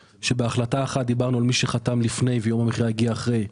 כשבהחלטה אחת דיברנו על מי שחתם לפני ויום המכירה הגיע אחרי,